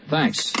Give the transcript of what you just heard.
Thanks